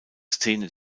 szene